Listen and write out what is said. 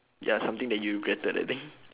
ya something that you regretted I think